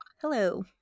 Hello